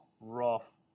rough